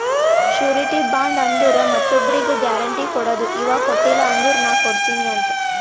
surety bond ಅಂದುರ್ ಮತ್ತೊಬ್ರಿಗ್ guarantee ಕೊಡದು ಇವಾ ಕೊಟ್ಟಿಲ ಅಂದುರ್ ನಾ ಕೊಡ್ತೀನಿ ಅಂತ್